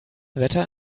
wetter